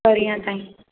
परींहं ताईं